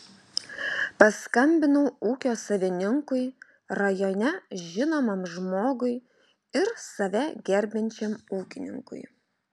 paskambinau ūkio savininkui rajone žinomam žmogui ir save gerbiančiam ūkininkui